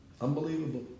Unbelievable